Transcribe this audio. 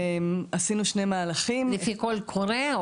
עשינו שני מהלכים --- לפי קול קורא?